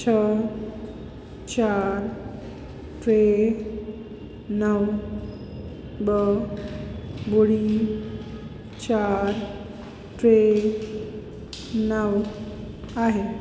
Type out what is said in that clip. छ चारि टे नव ॿ ॿुड़ी ॿुड़ी चारि टे नव आहे